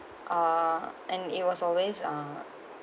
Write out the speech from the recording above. uh and it was always uh